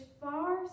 far